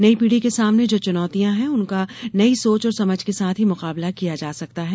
नई पीढ़ी के सामने जो चुनौतियाँ है उनका नई सोच और समझ के साथ ही मुकाबला किया जा सकता है